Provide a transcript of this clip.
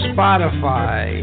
Spotify